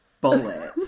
bullet